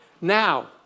now